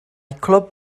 clwb